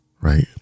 right